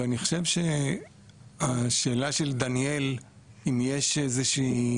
ואני חושב שהשאלה של דניאל אם יש איזושהי